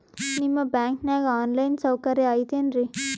ನಿಮ್ಮ ಬ್ಯಾಂಕನಾಗ online ಸೌಕರ್ಯ ಐತೇನ್ರಿ?